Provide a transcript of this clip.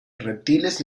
reptiles